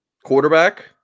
Quarterback